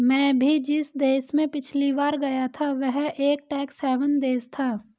मैं भी जिस देश में पिछली बार गया था वह एक टैक्स हेवन देश था